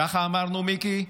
ככה אמרנו, מיקי?